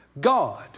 God